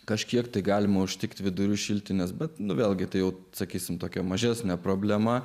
kažkiek tai galima užtikti vidurių šiltinės bet vėlgi tai sakysime tokia mažesnė problema